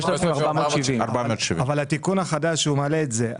5,470. אבל התיקון החדש מעלה את זה.